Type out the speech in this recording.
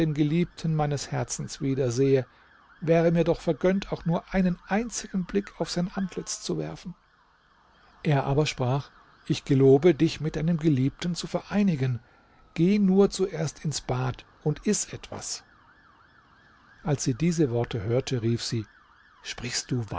geliebten meines herzens wiedersehe wäre mir doch vergönnt auch nur einen einzigen blick auf sein antlitz zu werfen er aber sprach ich gelobe dich mit deinem geliebten zu vereinigen geh nur zuerst ins bad und iß etwas als sie diese worte hörte rief sie sprichst du